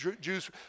Jews